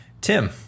Tim